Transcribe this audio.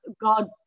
god